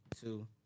two